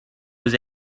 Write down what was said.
was